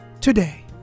today